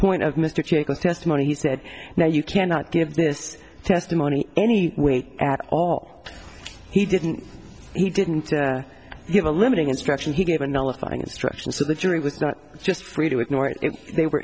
point of mr jacobs testimony he said now you cannot give this testimony any weight at all he didn't he didn't give a limiting instruction he gave another fine instruction so the jury was not just free to ignore it they were